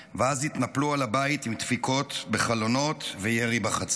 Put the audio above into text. ואז התנפלו על הבית עם דפיקות בחלונות וירי בחצר.